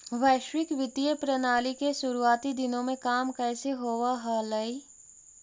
वैश्विक वित्तीय प्रणाली के शुरुआती दिनों में काम कैसे होवअ हलइ